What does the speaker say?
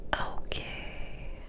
okay